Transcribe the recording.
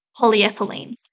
polyethylene